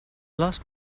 last